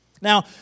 Now